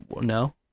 No